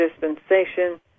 dispensation